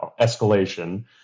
escalation